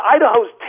Idaho's